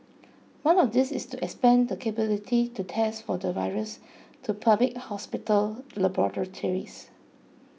one of these is to expand the capability to test for the virus to public hospital laboratories